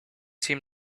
seem